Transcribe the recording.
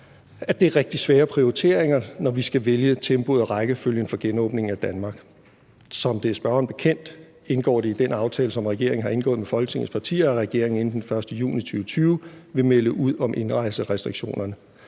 rigtig svære prioriteringer, når vi skal vælge tempoet og rækkefølgen for genåbningen af Danmark. Som det er spørgeren bekendt, indgår der i den aftale, som regeringen har indgået med Folketingets partier, at regeringen inden den 1. juni 2020 vil melde ud om indrejserestriktionerne.